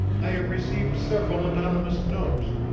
i have received several anonymous notes,